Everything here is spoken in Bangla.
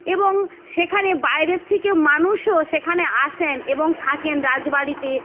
এবং সেখানে বাইরের থেকে মানুষও সেখানে আসেন এবং থাকেন রাজবাড়িতে